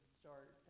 start